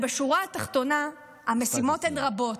בשורה התחתונה, המשימות הן רבות.